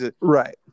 Right